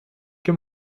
que